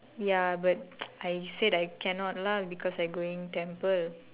ya but I said I cannot lah because I going temple